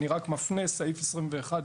עכשיו אני שמחה לשמוע שיש איזושהי העדפה,